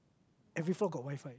every floor got WiFi